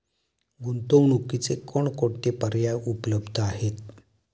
गुंतवणुकीचे कोणकोणते पर्याय उपलब्ध आहेत?